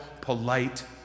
polite